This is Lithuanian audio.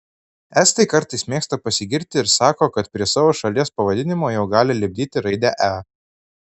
estai kartais mėgsta pasigirti ir sako kad prie savo šalies pavadinimo jau gali lipdyti raidę e